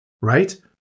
Right